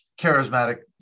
charismatic